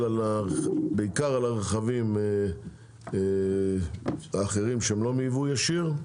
בעיקר על הרכבים האחרים שהם לא מיבוא ישיר.